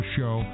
Show